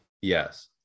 yes